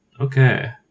Okay